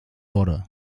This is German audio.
wurde